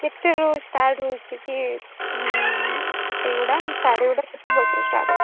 କେତେରୁ start ହେଉଛି କି ସେଇଗୁଡ଼ା ଶାଢ଼ୀଗୁଡ଼ା କେତେ ପଇସାରୁ ଷ୍ଟାର୍ଟ ହେଉଛି